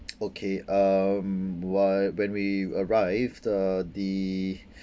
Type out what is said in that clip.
okay um while when we arrived the the